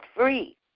free